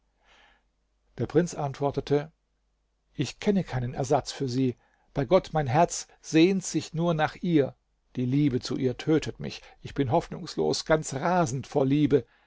der prinz antwortete ich kenne keinen ersatz für sie bei gott mein herz sehnt sich nur nach ihr die liebe zu ihr tötet mich ich bin hoffnungslos ganz rasend vor liebe